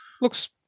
looks